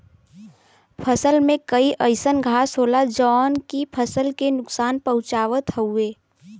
फसल में कई अइसन घास होला जौन की फसल के नुकसान पहुँचावत हउवे